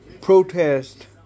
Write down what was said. protest